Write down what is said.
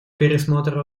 пересмотра